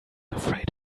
afraid